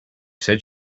said